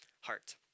heart